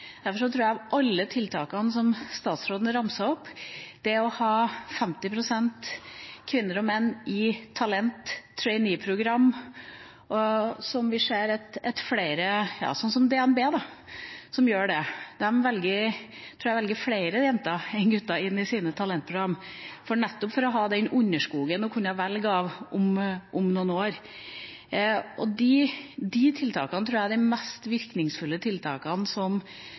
Statsråden ramset opp tiltak, bl.a. det å ha 50 pst. kvinner og 50 pst. menn i talentutviklings- eller trainee-program. Vi ser at flere gjør det, f.eks. DNB – jeg tror de velger flere jenter enn gutter inn i sine talentprogram, nettopp for å ha den underskogen å kunne velge blant om noen år. De tiltakene tror jeg er de mest virkningsfulle tiltakene som